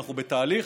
ואנחנו בתהליך,